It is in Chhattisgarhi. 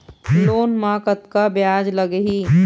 लोन म कतका ब्याज लगही?